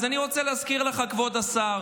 אז אני רוצה להזכיר לך, כבוד השר,